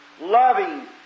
loving